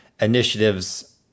initiatives